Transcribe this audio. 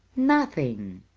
nothing!